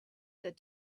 that